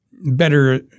better